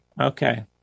okay